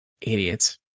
Idiots